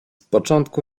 początku